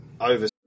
Over